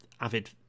avid